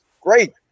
great